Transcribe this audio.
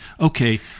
okay